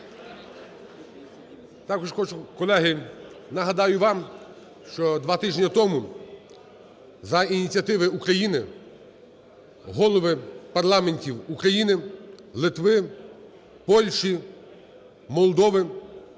Також хочу, колеги, нагадаю вам, що два тижні тому за ініціативи України голови парламентів України, Литви, Польщі, Молдови